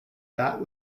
bat